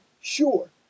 sure